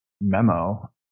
memo